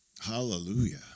Hallelujah